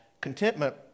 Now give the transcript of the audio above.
contentment